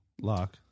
Lock